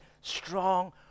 strong